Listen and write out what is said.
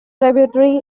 tributary